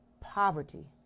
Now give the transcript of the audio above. poverty